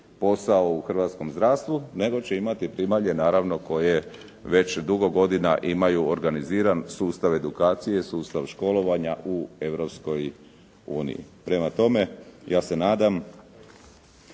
posao u hrvatskom zdravstvu, nego će imati primalje naravno koje već dugo godina imaju organiziran sustav edukacije, sustav školovanja u Europskoj uniji. Prema tome, ja se nadam